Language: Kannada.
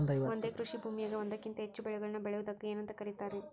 ಒಂದೇ ಕೃಷಿ ಭೂಮಿಯಾಗ ಒಂದಕ್ಕಿಂತ ಹೆಚ್ಚು ಬೆಳೆಗಳನ್ನ ಬೆಳೆಯುವುದಕ್ಕ ಏನಂತ ಕರಿತಾರಿ?